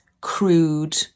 crude